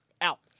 out